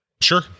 Sure